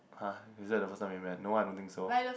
!huh! is that the first time we met no I don't think so